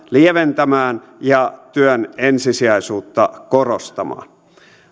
lieventämään ja työn ensisijaisuutta korostamaan